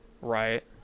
right